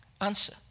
Answer